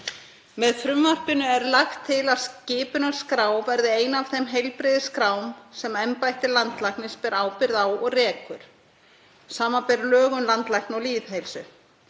Með frumvarpinu er lagt til að skimunarskrá verði ein af þeim heilbrigðisskrám sem embætti landlæknis ber ábyrgð á og rekur, samanber lög um landlækni og lýðheilsu.